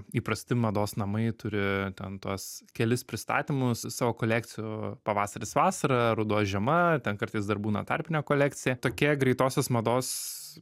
įprasti mados namai turi ten tuos kelis pristatymus savo kolekcijų pavasaris vasara ruduo žiema ten kartais dar būna tarpinė kolekcija tokie greitosios mados